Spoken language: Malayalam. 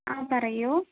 ആ പറയൂ